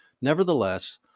Nevertheless